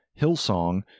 Hillsong